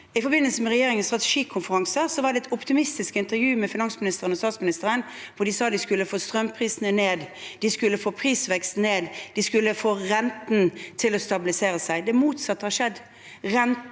I forbindelse med regjeringens strategikonferanse var det et optimistisk intervju med finansministeren og statsministeren, hvor de sa at de skulle få strømprisene ned, at de skulle få prisveksten ned, at de skulle få renten til å stabilisere seg. Det motsatte har skjedd: